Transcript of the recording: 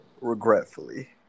regretfully